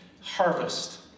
harvest